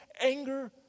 anger